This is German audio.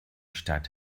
stadt